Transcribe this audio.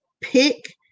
pick